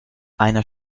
einer